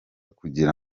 kugira